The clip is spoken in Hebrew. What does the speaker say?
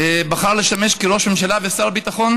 בחר לשמש כראש ממשלה ושר הביטחון,